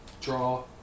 draw